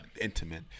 intimate